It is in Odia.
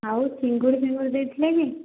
ଆଉ ଚିଙ୍ଗୁଡ଼ି ଫିଙ୍ଗୁଡ଼ି ଦେଇଥିଲେକି